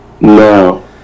No